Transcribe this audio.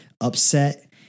upset